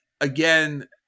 Again